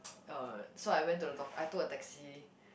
uh so I went to the doc~ I took a taxi